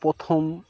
প্রথম